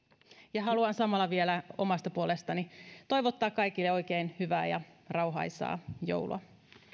ja haluan samalla vielä omasta puolestani toivottaa kaikille oikein hyvää ja rauhaisaa joulua